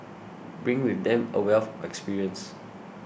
bring with them a wealth of experience